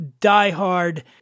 diehard